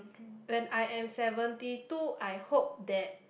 when I am seventy two I hope that